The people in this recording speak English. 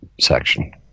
section